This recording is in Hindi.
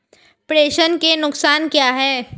प्रेषण के नुकसान क्या हैं?